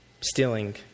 stealing